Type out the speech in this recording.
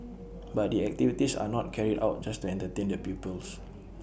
but the activities are not carried out just to entertain the pupils